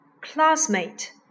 classmate